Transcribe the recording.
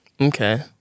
Okay